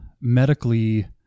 medically